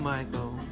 Michael